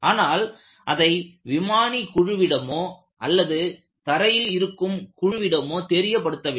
ஆனால் அதை விமானி குழுவிடமோ அல்லது தரையில் இருக்கும் குழுவிடமோ தெரியப்படுத்தவில்லை